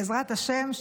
בעזרת השם,